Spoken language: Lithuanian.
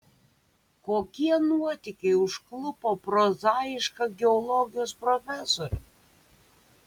kokie nuotykiai užklupo prozaišką geologijos profesorių